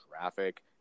traffic